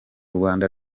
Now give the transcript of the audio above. rwanda